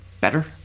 better